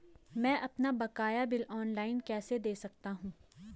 मैं अपना बकाया बिल ऑनलाइन कैसे दें सकता हूँ?